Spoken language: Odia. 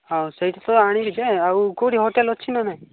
ହଁ ସେଇଠି ତ ଆଣିବି ଯେ ଆଉ କୋଉଠି ହୋଟେଲ୍ ଅଛି ନା ନାଇ